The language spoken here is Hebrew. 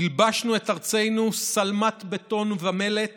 הלבשנו את ארצנו שלמת בטון ומלט